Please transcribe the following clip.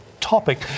topic